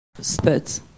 spit